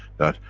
that,